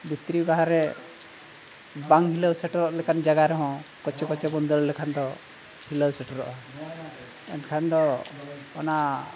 ᱵᱷᱤᱛᱨᱤ ᱵᱟᱦᱨᱮ ᱵᱟᱝ ᱦᱤᱞᱟᱹᱣ ᱥᱮᱴᱮᱨᱚᱜ ᱞᱮᱠᱟᱱ ᱡᱟᱭᱜᱟ ᱨᱮᱦᱚᱸ ᱠᱚᱪᱮ ᱠᱚᱪᱮ ᱵᱚᱱ ᱫᱟᱹᱲ ᱞᱮᱠᱷᱟᱱ ᱫᱚ ᱦᱤᱞᱟᱹᱣ ᱥᱮᱴᱮᱨᱚᱜᱼᱟ ᱮᱱᱠᱷᱟᱱ ᱫᱚ ᱚᱱᱟ